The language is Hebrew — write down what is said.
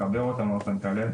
לחבר אותם --- אסטרטגיה.